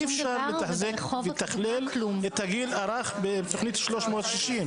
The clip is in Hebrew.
אי אפשר לתחזק ולתכלל את הגיל הרך בתוכנית ׳360׳,